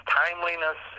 timeliness